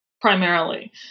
primarily